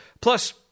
Plus